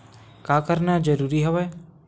का करना जरूरी हवय?